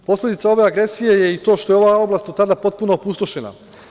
Posledica ove agresije je i to što je ova oblast od tada potpuno opustošena.